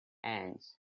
ants